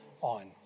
on